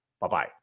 Bye-bye